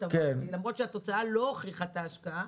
למרות שהתוצאה לא הוכיחה את ההשקעה,